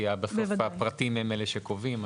כי בסוף הפרטים הם אלה שקובעים.